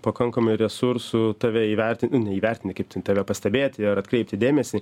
pakankamai resursų tave įvertinti neįvertinti kaip ten tave pastebėti ar atkreipti dėmesį